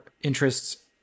interests